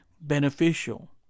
beneficial